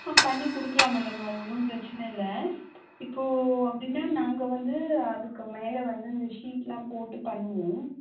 ஆ பண்ணிக் கொடுக்கலாம் மேடம் அது ஒன்றும் பிரச்சனை இல்லை இப்போது அப்படின்னா நாங்கள் வந்து அதுக்கு மேலே வந்து இந்த ஷீட்டெலாம் போட்டு பண்ணுவோம்